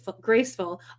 graceful